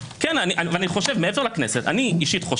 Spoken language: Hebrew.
מעבר לכנסת אני אישית,